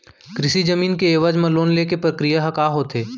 कृषि जमीन के एवज म लोन ले के प्रक्रिया ह का होथे?